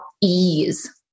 ease